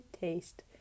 taste